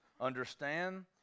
understand